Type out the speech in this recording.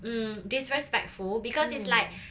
mm disrespectful because it's like